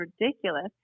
ridiculous